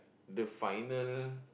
the final